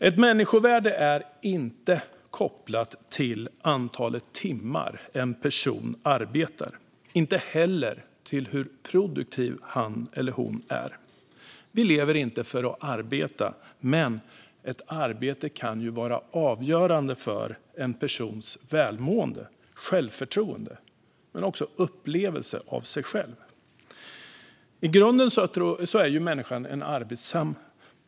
Ett människovärde är inte kopplat till antalet timmar en person arbetar, inte heller till hur produktiv han eller hon är. Vi lever inte för att arbeta, men ett arbete kan vara avgörande för en persons välmående, självförtroende och upplevelse av sig själv. I grunden är människan arbetsam.